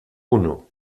uno